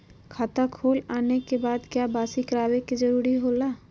खाता खोल आने के बाद क्या बासी करावे का जरूरी हो खेला?